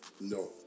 No